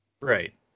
Right